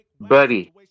Buddy